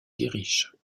dirigent